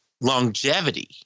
longevity